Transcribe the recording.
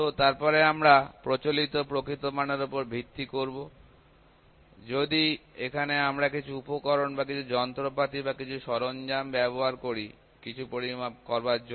তো তারপরে আমরা প্রচলিত প্রকৃত মান এর উপর ভিত্তি করব যদি এখানে আমরা কিছু উপকরণ বা কিছু যন্ত্রপাতি বা কিছু সরঞ্জাম ব্যবহার করি কিছু পরিমাপ করার জন্য